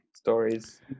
stories